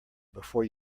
before